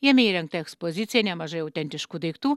jame įrengta ekspozicija nemažai autentiškų daiktų